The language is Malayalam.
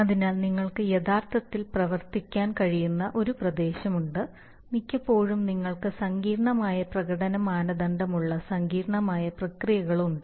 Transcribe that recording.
അതിനാൽ നിങ്ങൾക്ക് യഥാർത്ഥത്തിൽ പ്രവർത്തിക്കാൻ കഴിയുന്ന ഒരു പ്രദേശം ഉണ്ട് മിക്കപ്പോഴും നിങ്ങൾക്ക് സങ്കീർണ്ണമായ പ്രകടന മാനദണ്ഡമുള്ള സങ്കീർണ്ണമായ പ്രക്രിയകളുണ്ട്